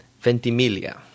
Ventimiglia